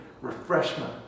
refreshment